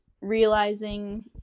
realizing